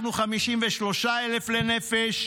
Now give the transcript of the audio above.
אנחנו, 53,000 לנפש.